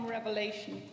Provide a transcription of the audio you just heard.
Revelation